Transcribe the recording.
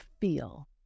feel